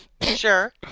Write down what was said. Sure